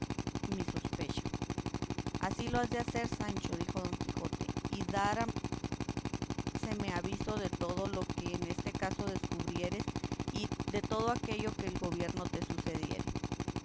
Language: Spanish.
mi sospecha así lo has de hacer sancho dijo don quijote y darásme aviso de todo lo que en este caso descubrieres y de todo aquello que en el gobierno te sucediere